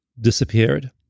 disappeared